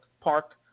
Park